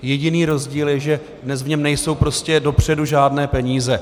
Jediný rozdíl je, že dnes v něm nejsou prostě dopředu žádné peníze.